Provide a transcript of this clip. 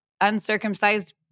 uncircumcised